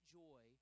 joy